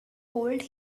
cold